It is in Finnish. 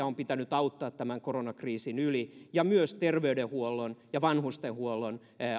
on pitänyt auttaa tämän koronakriisin yli ja myös terveydenhuollon ja vanhustenhuollon